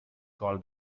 called